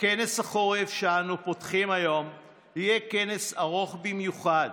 כנס החורף שאנו פותחים היום יהיה כנס ארוך במיוחד,